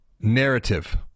narrative